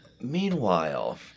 Meanwhile